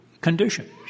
conditions